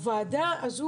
הוועדה הזו,